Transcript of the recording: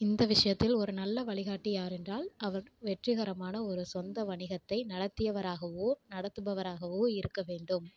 இந்த விஷயத்தில் ஒரு நல்ல வழிகாட்டி யாரென்றால் அவர் வெற்றிகரமான ஒரு சொந்த வணிகத்தை நடத்தியவராகவோ நடத்துபராகவோ இருக்க வேண்டும்